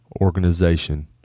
organization